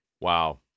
Wow